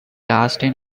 austin